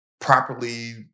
properly